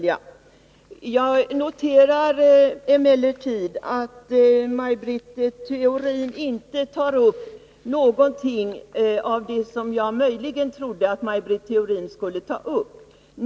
Jag noterar emellertid att Maj Britt Theorin inte tar upp någonting av det som jag trodde att hon möjligen skulle ta upp.